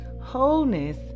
wholeness